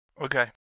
Okay